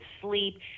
sleep